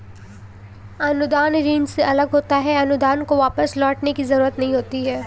अनुदान ऋण से अलग होता है अनुदान को वापस लौटने की जरुरत नहीं होती है